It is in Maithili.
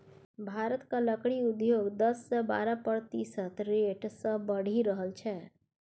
भारतक लकड़ी उद्योग दस सँ बारह प्रतिशत रेट सँ बढ़ि रहल छै